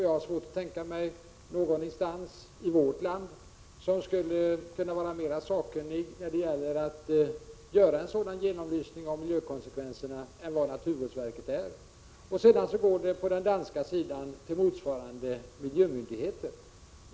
Jag kan inte tänka mig någon annan instans i Sverige som skulle kunna vara mer sakkunnig när det gäller att göra en sådan genomlysning av miljökonsekvenserna. På den danska sidan går uppdraget till motsvarande miljömyndigheter.